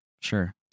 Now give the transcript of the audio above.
Sure